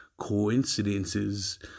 Coincidences